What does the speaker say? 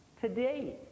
today